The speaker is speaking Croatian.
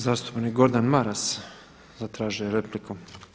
Zastupnik Gordan Maras zatražio je repliku.